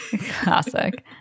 Classic